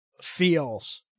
feels